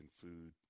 food